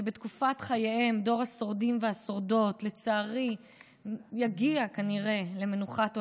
שבתקופת חייהם דור השורדים והשורדות לצערי יגיע כנראה למנוחת עולמים,